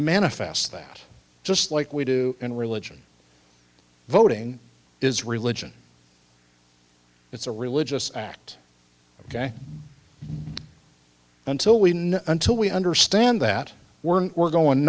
manifest that just like we do in religion voting is religion it's a religious act ok until we know until we understand that we're we're going